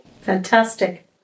Fantastic